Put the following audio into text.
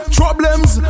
problems